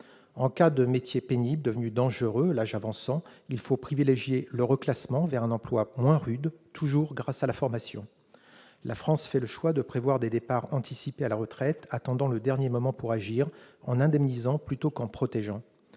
En cas de métier pénible, devenu dangereux l'âge avançant, il faut privilégier le reclassement dans un emploi moins rude, toujours grâce à la formation. La France fait le choix de prévoir des départs anticipés à la retraite. On attend le dernier moment pour agir, en indemnisant plutôt qu'en protégeant.